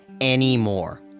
anymore